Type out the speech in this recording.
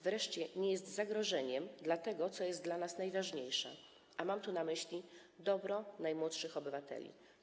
Wreszcie nie jest on zagrożeniem dla tego, co jest dla nas najważniejsze, a mam tu na myśli dobro najmłodszych obywateli.